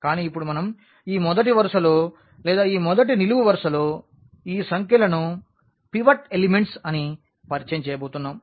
కానీ ఇప్పుడు మనం ఈ మొదటి వరుసలో లేదా ఈ మొదటి నిలువు వరుసలో ఈ సంఖ్యలను పివట్ ఎలిమెంట్స్ అని పరిచయం చేయబోతున్నాం